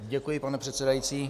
Děkuji, pane předsedající.